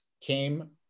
came